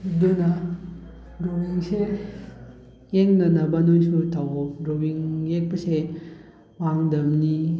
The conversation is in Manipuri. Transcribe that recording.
ꯑꯗꯨꯅ ꯗ꯭ꯔꯣꯋꯤꯡꯁꯦ ꯌꯦꯛꯅꯅꯕ ꯅꯣꯏꯁꯨ ꯇꯧꯑꯣ ꯗ꯭ꯔꯣꯋꯤꯡ ꯌꯦꯛꯄꯁꯦ ꯃꯥꯡꯗꯕꯅꯤ